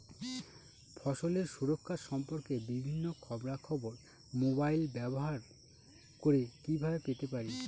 ফসলের সুরক্ষা সম্পর্কে বিভিন্ন খবরা খবর মোবাইল ব্যবহার করে কিভাবে পেতে পারি?